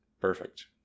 Perfect